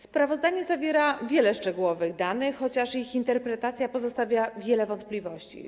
Sprawozdanie zawiera wiele szczegółowych danych, chociaż ich interpretacja pozostawia wiele wątpliwości.